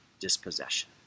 dispossession